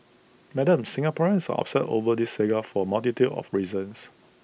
Madam Singaporeans are upset over this saga for A multitude of reasons